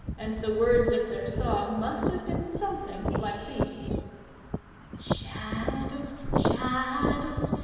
and the words of their song must have been something like these shadows, shadows,